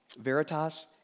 Veritas